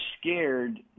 scared